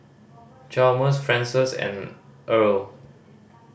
Chalmers Frances and Erle